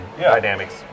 dynamics